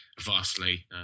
vastly